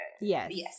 Yes